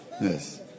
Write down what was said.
Yes